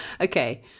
Okay